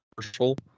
commercial